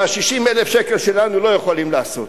וה-60,000 שקלים שלנו לא יכולים לעשות.